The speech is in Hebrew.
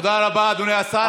תודה רבה, אדוני השר.